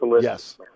Yes